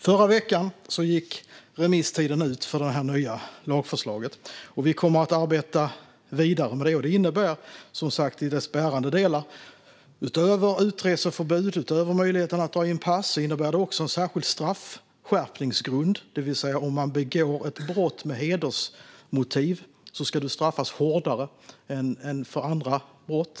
Förra veckan gick remisstiden ut för det nya lagförslaget, och vi kommer att arbeta vidare med det. Förslaget innebär, i de bärande delarna, utöver utreseförbud och möjligheten att dra in pass också en särskild straffskärpningsgrund, det vill säga att brott med hedersmotiv ska straffas hårdare än andra brott.